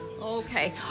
Okay